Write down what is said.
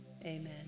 amen